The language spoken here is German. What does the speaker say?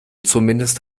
zumindest